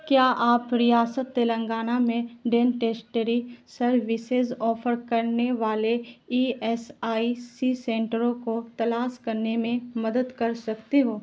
کیا آپ ریاست تلنگانہ میں ڈینٹیسٹری سروسیز آفر کرنے والے ای ایس آئی سی سنٹروں کو تلاش کرنے میں مدد کر سکتے ہو